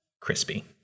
crispy